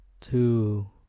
two